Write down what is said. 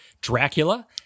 Dracula